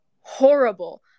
horrible